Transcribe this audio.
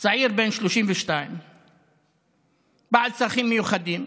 צעיר בן 32 בעל צרכים מיוחדים,